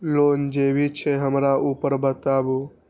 Loan जे भी छे हमरा ऊपर बताबू?